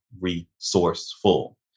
resourceful